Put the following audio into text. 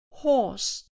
horse 。